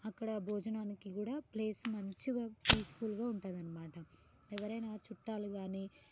అక్కడ భోజనానికి కూడా ప్లేస్ మంచిగా పీస్ఫుల్గా ఉంటుందన్నమాట ఎవరైనా చుట్టాలు కానీ